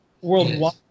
worldwide